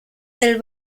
del